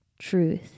truth